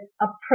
approach